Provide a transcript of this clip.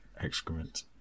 excrement